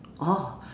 oh